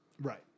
Right